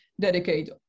dedicate